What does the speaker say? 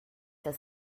das